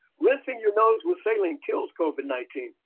rinsing your nose with saline kills covid nineteen.